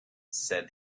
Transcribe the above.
said